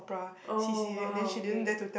oh well okay